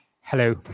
Hello